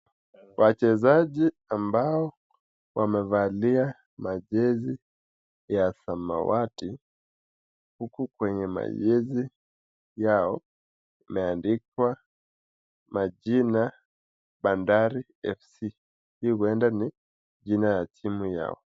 Wachezaje ambao wamevalia wajezi ya samawati huku kwenye majezi yao imeandikwa majina Bandari FC huenda ni jina ya timu yao.